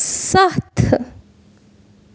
سَتھ